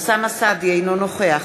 אינו נוכח